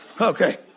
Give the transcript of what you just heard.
Okay